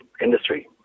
industry